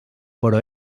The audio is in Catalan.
però